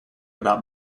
about